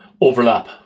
overlap